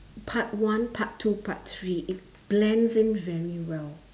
part one part two part three it blends in very well